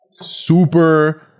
super